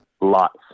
Lots